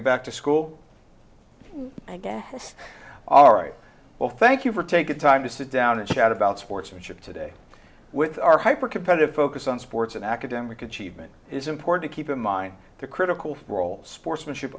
greg back to school i guess all right well thank you for taking time to sit down and chat about sportsmanship today with our hyper competitive focus on sports and academic achievement is important to keep in mind the critical role sportsmanship